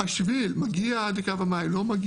השביל מגיע לקו המים או לא?